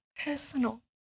personal